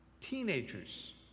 Teenagers